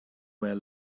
where